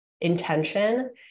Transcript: intention